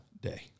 day